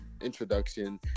introduction